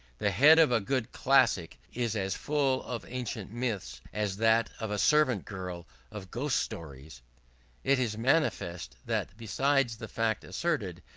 the head of a good classic is as full of ancient myths, as that of a servant-girl of ghost stories it is manifest that besides the fact asserted,